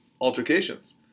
altercations